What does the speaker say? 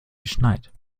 geschneit